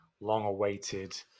long-awaited